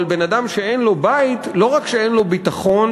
אבל בן-אדם שאין לו בית לא רק שאין לו ביטחון,